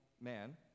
man